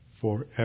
forever